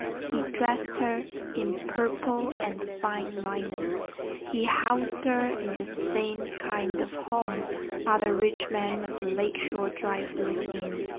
he dressed her in purple and fine linen he housed her in the same kind of home other rich men of the lake shore drive live in,